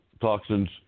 toxins